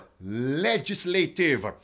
legislative